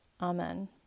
Amen